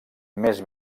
més